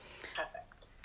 Perfect